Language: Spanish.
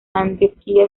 antioquía